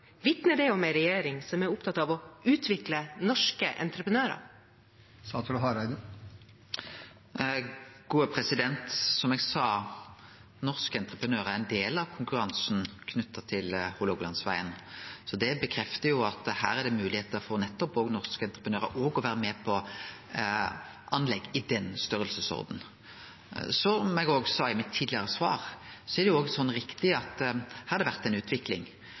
det om en regjering som er opptatt av å utvikle norske entreprenører? Som eg sa: Norske entreprenørar er ein del av konkurransen knytt til Hålogalandsvegen, så det bekreftar at her er det moglegheiter for nettopp norske entreprenørar òg til å vere med på anlegg i den storleiksordenen. Som eg òg sa i mitt tidlegare svar, er det riktig at her har det vore ei utvikling